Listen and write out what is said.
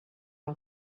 all